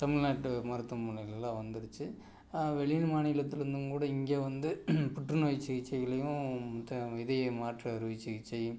தமிழ்நாட்டு மருத்துவமனையிலலாம் வந்துடுச்சு வெளி மாநிலத்திலிருந்தும் கூட இங்கே வந்து புற்றுநோய் சிகிச்சையிலையும் த இதய மாற்று அறுவை சிகிச்சை